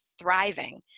thriving